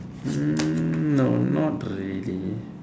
hmm no not really